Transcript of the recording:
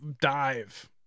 dive